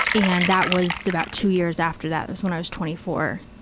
and that was about two years after that, it was when i was twenty four,